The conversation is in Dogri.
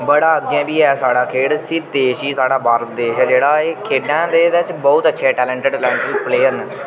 बड़ा अग्गें बी ऐ साढ़ा खेढ सिर्फ देश ही साढ़ा भारत देश ऐ जेह्ड़ा ऐ खेढें ते एह्दे च अच्छे टैलेंटेड टैलेंटेड प्लेयर न